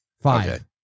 Five